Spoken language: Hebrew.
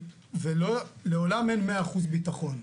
ולעולם אין 100% ביטחון.